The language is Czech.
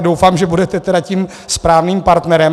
Doufám, že budete tedy tím správným partnerem.